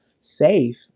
safe